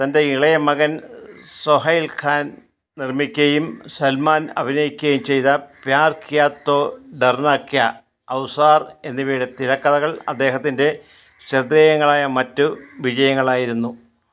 തൻ്റെ ഇളയ മകൻ സൊഹൈൽ ഖാൻ നിർമ്മിക്കുകയും സൽമാൻ അഭിനയിക്കുകയും ചെയ്ത പ്യാർ കിയാ തോ ഡർനാ ക്യാ ഔസാർ എന്നിവയുടെ തിരക്കഥകൾ അദ്ദേഹത്തിൻ്റെ ശ്രദ്ധേയങ്ങളായ മറ്റ് വിജയങ്ങളായിരുന്നു